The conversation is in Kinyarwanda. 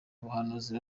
ubuhanuzi